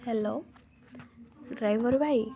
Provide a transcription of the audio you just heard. hello driver ଭାଇ